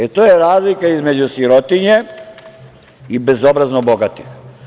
E, to je razlika između sirotinje i bezobrazno bogatih.